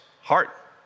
heart